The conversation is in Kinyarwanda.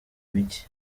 mike